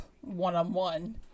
one-on-one